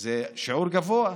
זה שיעור גבוה,